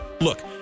Look